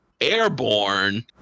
airborne